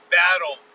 battle